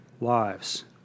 lives